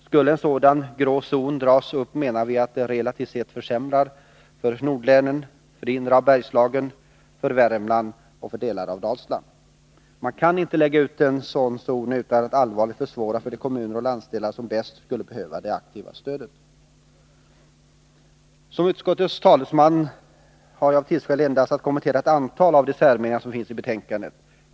Skulle en sådan grå zon dras upp menar vi att det relativt sett försämrar för nordlänen, för det inre av Bergslagen, för Värmland och för delar av Dalsland. Man kan inte lägga ut en sådan zon utan att allvarligt försvåra för de kommuner och landsdelar som bäst skulle behöva det aktiva stödet. Som utskottets talesman har jag av tidsskäl endast att kommentera ett antal av de särmeningar som finns i betänkandet.